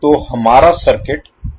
तो हमारा सर्किट कैसा दिखेगा